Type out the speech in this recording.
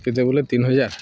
କେତେବେଲେ ତିନ୍ ହଜାର୍